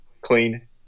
clean